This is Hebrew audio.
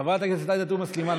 חברת הכנסת עאידה תומא סלימאן,